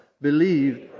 believed